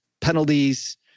penalties